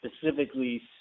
specifically